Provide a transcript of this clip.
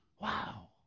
wow